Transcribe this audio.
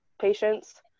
patients